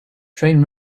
train